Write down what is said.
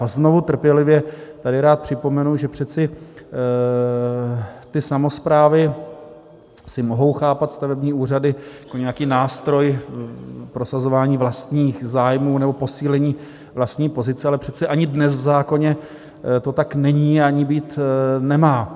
A znovu tady rád trpělivě připomenu, že přece ty samosprávy mohou chápat stavební úřady jako nějaký nástroj k prosazování vlastních zájmů nebo posílení vlastní pozice, ale přece ani dnes v zákoně to tak není, ani být nemá.